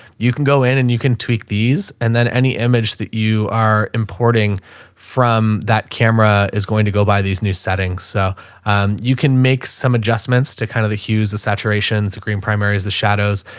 you can go in and you can tweak these and then any image that you are importing from that camera is going to go by these new settings. so um you can make some adjustments to kind of the hughes, the saturations, the green primaries, the shadows,